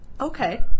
Okay